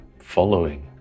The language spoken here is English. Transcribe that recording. following